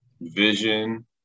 vision